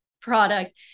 product